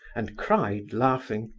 and cried, laughing,